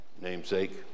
namesake